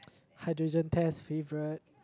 hydrogen test favorite